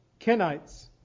Kenites